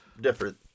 different